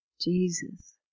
Jesus